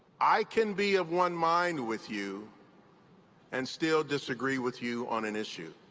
i can be of one mind with you and still disagree with you on an issue.